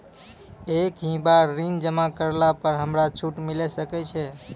एक ही बार ऋण जमा करला पर हमरा छूट मिले सकय छै?